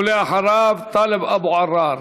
ואחריו, טלב אבו עראר.